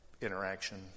interaction